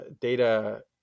data